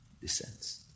descends